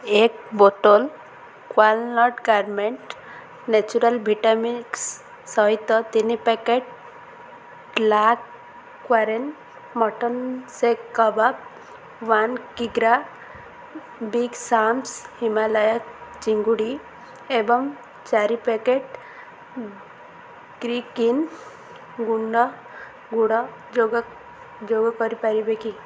ଏକ bottle walnut gourmet natural vita mix ସହିତ ତିନି ପ୍ୟାକେଟ୍ ଲା କ୍ବାରେର୍ଣ୍ଣେ ମଟନ୍ ସେକ୍ କବାବ୍ ୱାନ୍ କିଗ୍ରା ବିଗ୍ ସାମ୍ସ୍ ହିମାଲୟନ୍ ଚିଙ୍ଗୁଡ଼ି ଏବଂ ଚାରି ପ୍ୟାକେଟ୍ ଉଁ କ୍ରୀକିନ୍ ଗୁଣ୍ଡ ଗୁଡ଼ ଯୋଗ ଯୋଗ କରିପାରିବେ କି